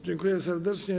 Dziękuję serdecznie.